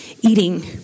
eating